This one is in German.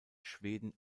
schweden